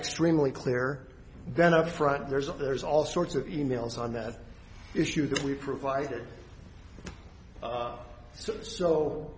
extremely clear then up front there's a there's all sorts of e mails on that issue that we provided so so